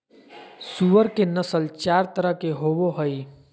सूअर के नस्ल चार तरह के होवो हइ